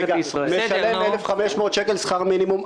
הוא משלם 1,500 שקל לחודש שכר מינימום.